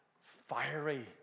fiery